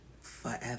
Forever